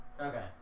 Okay